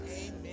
Amen